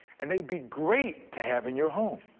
and they be great to have in your home.